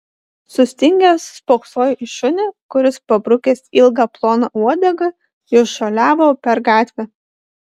sustingęs spoksojo į šunį kuris pabrukęs ilgą ploną uodegą jau šuoliavo per gatvę